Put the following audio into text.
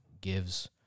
gives